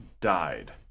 died